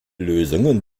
lösungen